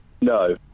No